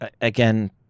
again